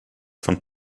von